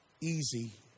easy